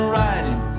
riding